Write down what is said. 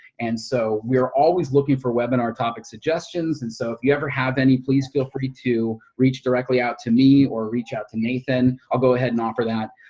and so we are always looking for webinar topic suggestions and so if you ever have any, please feel free to reach directly out to me or reach out to nathan. i'll go ahead and offer that